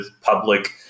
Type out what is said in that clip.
public